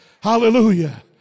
Hallelujah